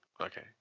okay